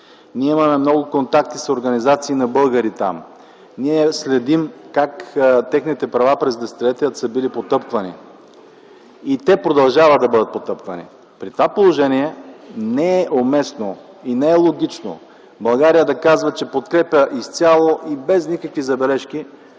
Ние имаме много контакти с организация на българи там, ние следим как техните права през десетилетията са били потъпквани и те продължават да бъдат потъпквани. При това положение не е уместно и не е логично България да казва, че подкрепя изцяло и без никакви забележки